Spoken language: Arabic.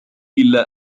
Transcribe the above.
إلا